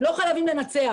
לא חייבים לנצח.